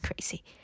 crazy